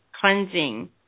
cleansing